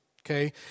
okay